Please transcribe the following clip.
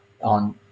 on